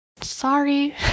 Sorry